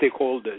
stakeholders